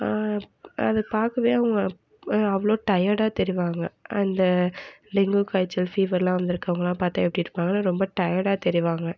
அது பார்க்கவே அவங்க அவ்வளோ டயர்டாக தெரிவாங்கள் அந்த டெங்கு காய்ச்சல் ஃபீவர்லாம் வந்திருக்கவங்கள்லாம் பார்த்தா எப்படி இருப்பாங்கன்னால் ரொம்ப டயர்டாக தெரிவாங்கள்